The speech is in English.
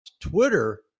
Twitter